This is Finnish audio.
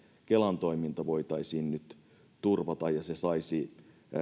kelan toiminta voitaisiin nyt turvata ja se saisi